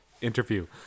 interview